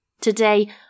Today